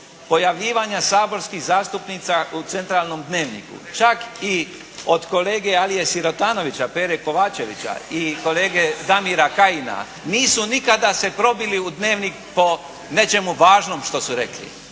pojavljivanja saborskih zastupnica u centralnom Dnevniku, čak i od kolege Alije Sirotanovića, Pere Kovačevića i kolege Damira Kajina. Nisu nikada se probili u Dnevnik po nečemu važnom što su rekli